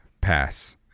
pass